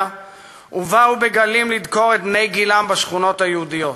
ובאו בגלים לדקור את בני גילם בשכונות יהודיות.